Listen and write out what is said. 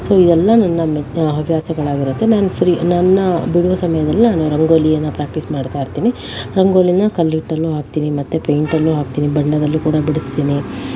so ಇವೆಲ್ಲ ನನ್ನ ಹವ್ಯಾಸಗಳಾಗಿರುತ್ತೆ ನಾನು ಫ್ರಿ ನನ್ನ ಬಿಡುವು ಸಮಯದಲ್ಲಿ ನಾನು ರಂಗೋಲಿಯನ್ನು ಪ್ರಾಕ್ಟಿಸ್ ಮಾಡ್ತಾಯಿರ್ತೀನಿ ರಂಗೋಲಿನ ಕಡ್ಲೆ ಹಿಟ್ಟಲ್ಲೂ ಹಾಕ್ತೀನಿ ಮತ್ತೆ ಪೈಂಟಲ್ಲೂ ಹಾಕ್ತೀನಿ ಬಣ್ಣದಲ್ಲೂ ಕೂಡ ಬಿಡಿಸ್ತೀನಿ